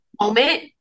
moment